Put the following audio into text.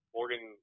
Morgan